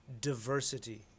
Diversity